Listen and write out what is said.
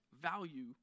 value